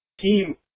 team